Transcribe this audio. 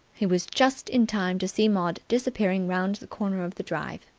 he was just in time to see maud disappearing round the corner of the drive.